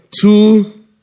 Two